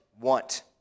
want